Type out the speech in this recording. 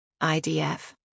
IDF